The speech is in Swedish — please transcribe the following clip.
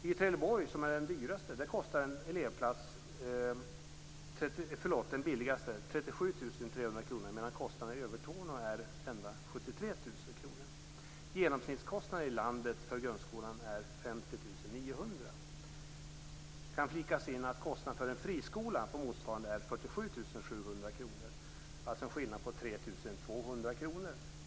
I Trelleborg, som är den billigaste kommunen, kostar en elevplats 37 300 kr, medan kostnaden i Övertorneå är 73 000 kr. Genomsnittskostnaden i landet för grundskolan är 50 900 kr. Det kan inflikas att motsvarande kostnad för en friskola är 47 700 kr, alltså en skillnad på 3 200 kr.